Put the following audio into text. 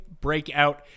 breakout